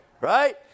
right